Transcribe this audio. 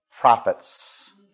prophets